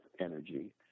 energy